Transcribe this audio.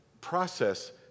process